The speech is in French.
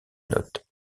note